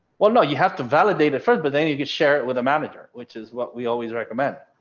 well, no, you have to validate it first, but then you could share it with a manager, which is what we always recommend.